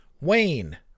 Wayne